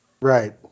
Right